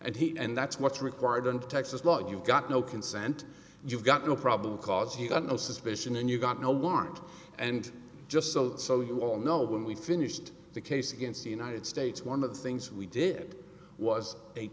and he and that's what's required under texas law you've got no consent you've got no problem because you've got no suspicion and you've got no warrant and just so so you all know when we finished the case against the united states one of the things we did was